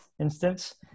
instance